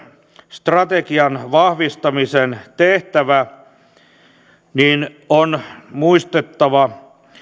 strategian vahvistamisen tehtävä niin on muistettava